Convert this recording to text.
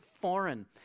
foreign